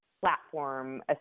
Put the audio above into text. Platform